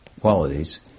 qualities